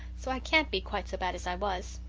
so i can't be quite so bad as i was.